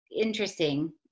interesting